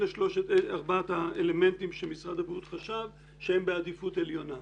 אלה ארבעת האלמנטים שמשרד הבריאות חשב שהם בעדיפות עליונה.